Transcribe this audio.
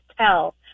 tell